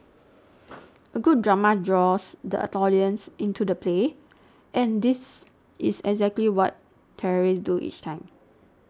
a good drama draws the audience into the play and that is exactly what terrorists do each time